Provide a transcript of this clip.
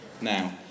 now